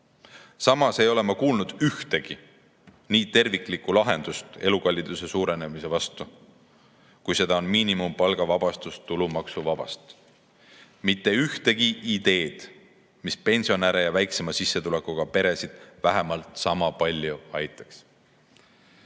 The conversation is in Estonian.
Samas ei ole ma kuulnud ühtegi nii terviklikku lahendust elukalliduse suurenemise vastu, kui seda on miinimumpalga vabastus tulumaksust. [Pole] mitte ühtegi ideed, mis pensionäre ja väiksema sissetulekuga peresid vähemalt sama palju aitaks. Küll